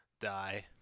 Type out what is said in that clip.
die